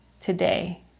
today